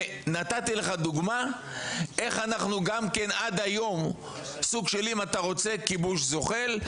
ונתתי לך דוגמה איך אנחנו עד היום סוג של אם אתה רוצה כיבוש זוחל,